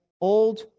old